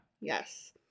Yes